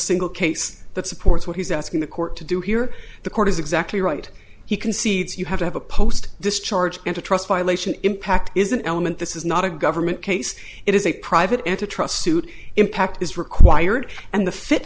single case that supports what he's asking the court to do here the court is exactly right he concedes you have to have a post discharge into trust violation impact is an element this is not a government case it is a private and to trust suit impact is required and the fifth